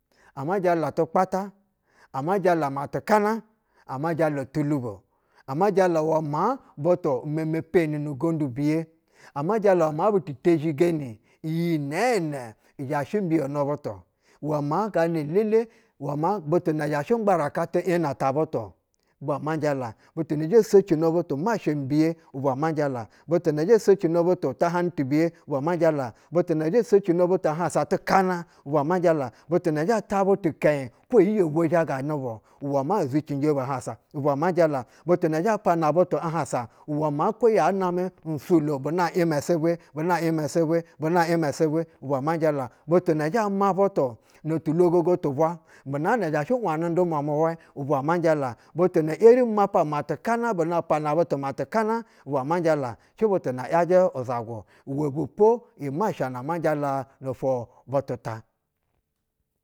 Amajola tukpata, ama jala matikana, ansa jala tulubo ama uwɛ ma butu meme peni nu gendu biye, aiya jeya maa butu tezhigeni iyi nɛɛnɛ zhashɛ mbiyɛnɛ butu uwɛ maa gana ide igutu na zha shɛ ngbaraka ti ina ta butu, ubwa ama jala butu na zhɛ socino butu masha mi biye ubwa majale, butu na zhɛ socino butu tahanu tibuje ubwa ma jala bi itu na zhɛ socino butu ahansa tikaana! Ubwa ma jala butu zhɛ ta butu kɛnyi kwo iyi yo vwo zhaganɛ bu uwɛ maa zucinje bu ahansa ubwa ma jala, butu na zhɛ pana butu ahansa uwɛ maa kwo ya namɛ n sulo buna ima isɛbwɛ buna ima sɛbwɛ bu na ima isɛbwa ubu a ma jala butuno zhɛ ma butu no tu lwogogo tu bwa bu na zhashɛ nanɛ induuiwa ino wɛ ubwa ma jala. Butu na yeri mapa matikana buna pana butu matikana ubwa majala, shɛ butu na yajɛ uzagu. usɛbepo uma sha na majala ishɛ nufo gɛtata.